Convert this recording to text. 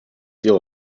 deal